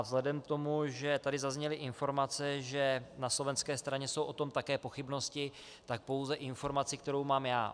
Vzhledem k tomu, že tady zazněly informace, že na slovenské straně jsou o tom také pochybnosti, tak pouze informaci, kterou mám já.